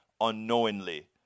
unknowingly